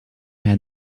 had